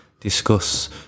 discuss